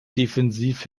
defensiv